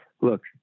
look